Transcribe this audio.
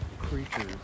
creatures